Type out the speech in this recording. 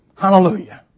Hallelujah